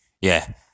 Yeah